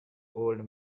old